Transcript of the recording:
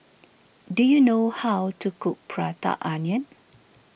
do you know how to cook Prata Onion